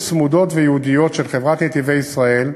צמודות וייעודיות של חברת "נתיבי ישראל",